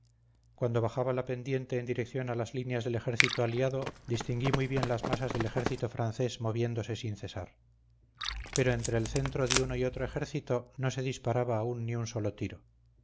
cuando bajaba la pendiente en dirección a las líneas del ejército aliado distinguí muy bien las masas del ejército francés moviéndose sin cesar pero entre el centro de uno y otro ejército no se disparaba aún ni un solo tiro